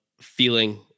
feeling